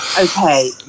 okay